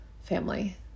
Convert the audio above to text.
family